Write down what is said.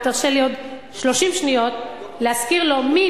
ותרשה לי עוד 30 שניות כדי להזכיר לו מי